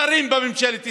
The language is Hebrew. שרים בממשלת ישראל.